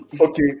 Okay